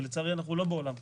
ולצערי אנחנו לא בעולם כזה,